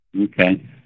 Okay